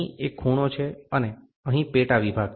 અહીં એક ખૂણો છે અને અહીં પેટા વિભાગ છે